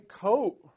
coat